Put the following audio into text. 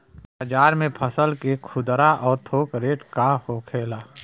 बाजार में फसल के खुदरा और थोक रेट का होखेला?